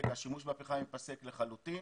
ייפסק לחלוטין.